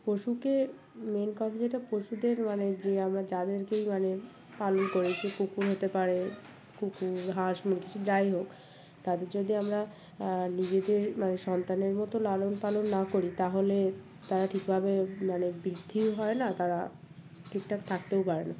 পশুকে মেন কথা যেটা পশুদের মানে যে আমরা যাদেরকেই মানে পালন করেছি কুকুর হতে পারে কুকুর হাঁস মুরগি যাই হোক তাদের যদি আমরা নিজেদের মানে সন্তানের মতো লালন পালন না করি তাহলে তারা ঠিকভাবে মানে বৃদ্ধি হয় না তারা ঠিক ঠাক থাকতেও পারে না